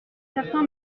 certain